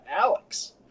Alex